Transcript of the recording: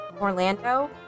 orlando